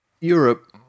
Europe